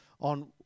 on